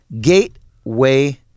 Gateway